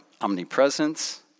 omnipresence